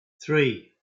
three